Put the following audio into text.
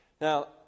Now